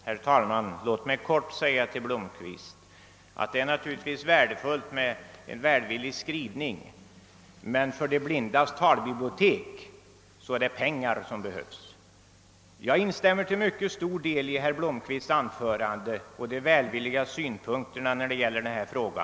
Herr talman! Låt mig helt kort säga till herr Blomkvist att det naturligtvis är värdefullt med en välvillig skrivning, men för de blindas talbibliotek behövs det pengar. Jag instämmer till mycket stor del i herr Blomkvists anförande och i hans välvilliga synpunkter på denna fråga.